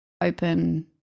open